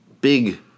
big